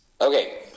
okay